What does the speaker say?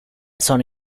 sono